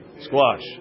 squash